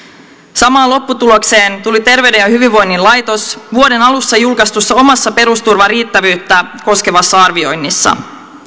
samaan lopputulokseen tuli terveyden ja hyvinvoinnin laitos vuoden alussa julkaistussa omassa perusturvan riittävyyttä koskevassa arvioinnissaan